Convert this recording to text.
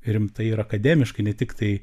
rimtai ir akademiškai ne tiktai